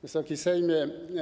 Wysoki Sejmie!